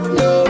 no